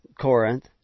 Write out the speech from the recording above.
Corinth